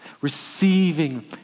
Receiving